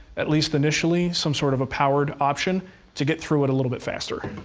at least initially, some sort of a powered option to get through it a little bit faster.